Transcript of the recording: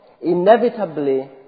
inevitably